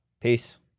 peace